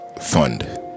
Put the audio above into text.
Fund